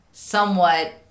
Somewhat